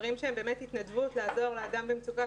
דברים שהם באמת התנדבות לעזור לאדם במצוקה,